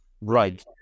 Right